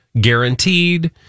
guaranteed